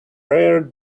rare